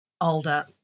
older